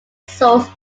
source